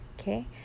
okay